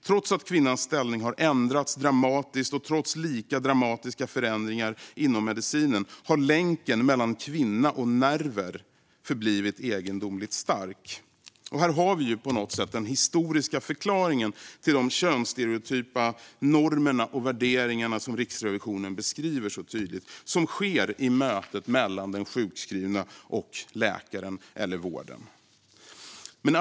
Trots att kvinnans ställning har ändrats dramatiskt, och trots lika dramatiska förändringar inom medicinen, har länken mellan kvinna och nerver förblivit egendomligt stark. Här har vi på något sätt den historiska förklaringen till de könsstereotypa normerna och värderingarna som Riksrevisionen så tydligt beskriver och som sker i mötet mellan den sjukskrivne och läkaren eller vården.